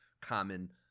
common